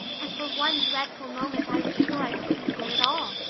and for one dreadful moment i was sure i couldn't begin at all.